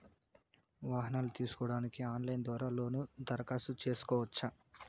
వాహనాలు తీసుకోడానికి ఆన్లైన్ ద్వారా లోను దరఖాస్తు సేసుకోవచ్చా?